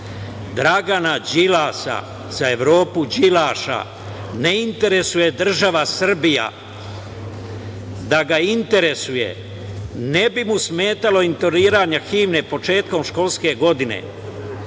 Dragana Đilasa, za Evropu Đilaša, ne interesuje država Srbija. Da ga interesuje, ne bi mu smetalo intoniranje himne početkom školske godine.